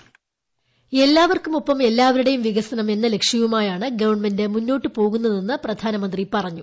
voice എല്ലാവർക്കുമൊപ്പം എല്ലാവരുടെയും വികസനം എന്ന ലക്ഷ്യവുമായാണ് ഗവൺമെന്റ് മുന്നോട്ടു പോകുന്നതെന്ന് പ്രധാനമന്ത്രി പറഞ്ഞു